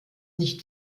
nicht